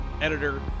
editor